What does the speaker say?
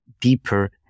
deeper